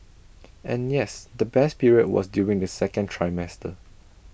and yes the best period was during the second trimester